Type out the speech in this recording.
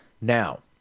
Now